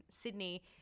Sydney